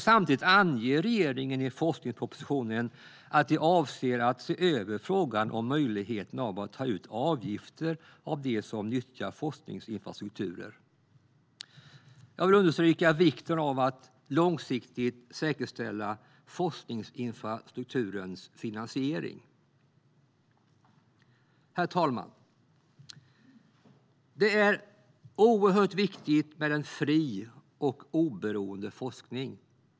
Samtidigt anger regeringen i forskningspropositionen att man avser att se över frågan om möjligheten att ta ut avgifter från dem som nyttjar forskningsinfrastrukturer. Jag vill understryka vikten av att långsiktigt säkerställa forskningsinfrastrukturens finansiering. Herr talman! Det är oerhört viktigt med en fri och oberoende forskning.